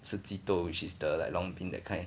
四季豆 which is the like long been that kind